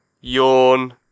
yawn